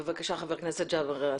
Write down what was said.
בבקשה, חבר הכנסת ג'אבר עסאקלה.